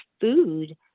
food